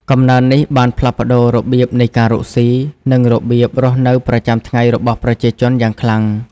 កំណើននេះបានផ្លាស់ប្ដូររបៀបនៃការរកស៊ី និងរបៀបរស់នៅប្រចាំថ្ងៃរបស់ប្រជាជនយ៉ាងខ្លាំង។